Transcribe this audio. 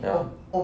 ya